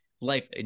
Life